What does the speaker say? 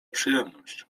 przyjemność